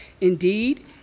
Indeed